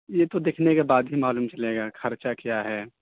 یہ تو دیکھنے کے بعد ہی معلوم چلے گا خرچہ کیا ہے